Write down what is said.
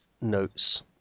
notes